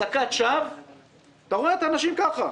אזעקת שווא אתה רואה את האנשים כך: